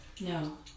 No